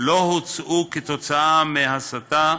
לא הוצגו כתוצאה מהסתה,